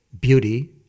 beauty